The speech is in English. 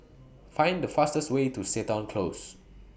Find The fastest Way to Seton Close